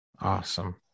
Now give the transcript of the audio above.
Awesome